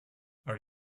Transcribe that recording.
are